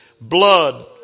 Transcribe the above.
blood